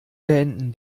beenden